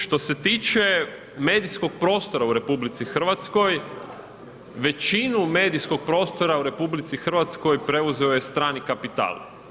Što se tiče medijskog prostora u RH, većinu medijskog prostora u RH preuzeo je strani kapital.